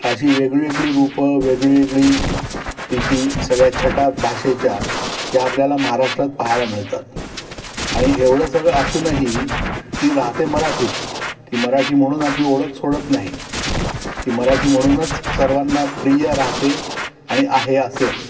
अशी वेगळी वेगळी रूपं वेगळी वेगळी तिची सगळ्या छटा भाषेच्या या आपल्याला महाराष्ट्रात पाहायला मिळतात आणि एवढं सगळं असूनही ती राहते मराठीच ती मराठी म्हणून आपली ओळख सोडत नाही ती मराठी म्हणूनच सर्वांना प्रिय राहते आणि आहे असेल